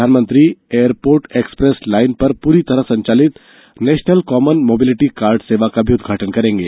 प्रधानमंत्री airport express line पर पूरी तरह संचालित नेशनल कॉमन मोबिलिटी कार्ड सेवा का भी उद्घाटन करेंगे